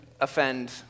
offend